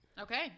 Okay